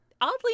oddly